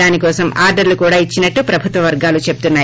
దాని కోసం ఆర్డర్లు కూడా ఇచ్చినట్టు ప్రభుత్వ వర్గాలు చెప్తున్నాయి